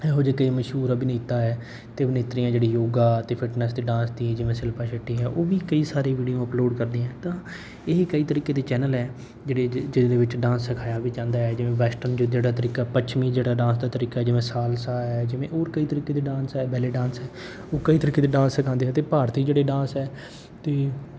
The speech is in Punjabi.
ਇਹੋ ਜਿਹੇ ਕਈ ਮਸ਼ਹੂਰ ਅਭਿਨੇਤਾ ਹੈ ਅਤੇ ਅਭਿਨੇਤਰੀਆਂ ਜਿਹੜੀ ਯੋਗਾ ਅਤੇ ਫਿਟਨੈਸ ਅਤੇ ਡਾਂਸ ਦੀ ਜਿਵੇਂ ਸ਼ਿਲਪਾ ਸ਼ੈਟੀ ਹੈ ਉਹ ਵੀ ਕਈ ਸਾਰੇ ਵੀਡੀਓ ਅਪਲੋਡ ਕਰਦੀ ਹੈ ਤਾਂ ਇਹ ਕਈ ਤਰੀਕੇ ਦੇ ਚੈਨਲ ਹੈ ਜਿਹੜੇ ਜਿਹਦੇ ਵਿੱਚ ਡਾਂਸ ਸਿਖਾਇਆ ਵੀ ਜਾਂਦਾ ਹੈ ਜਿਵੇਂ ਵੈਸਟਰਨ ਜ ਜਿਹੜਾ ਤਰੀਕਾ ਪੱਛਮੀ ਜਿਹੜਾ ਡਾਂਸ ਦਾ ਤਰੀਕਾ ਜਿਵੇਂ ਸਾਲਸਾ ਹੈ ਜਿਵੇਂ ਹੋਰ ਕਈ ਤਰੀਕੇ ਦੇ ਡਾਂਸ ਹੈ ਵੈਲੇ ਡਾਂਸ ਹੈ ਉਹ ਕਈ ਤਰੀਕੇ ਦੇ ਡਾਂਸ ਸਿਖਾਉਂਦੇ ਆ ਅਤੇ ਭਾਰਤੀ ਜਿਹੜੇ ਡਾਂਸ ਹੈ ਅਤੇ